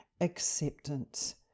acceptance